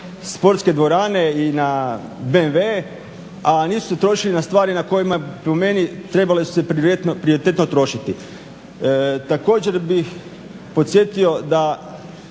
stvari na kojima po meni nisu se trošili na stvari na kojima po meni trebali su se prioritetno trošiti. Također bih podsjetio da